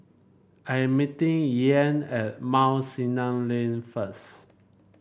I am meeting Ian at Mount Sinai Lane first